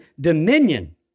dominion